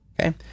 okay